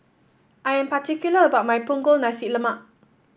I am particular about my Punggol Nasi Lemak